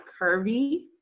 curvy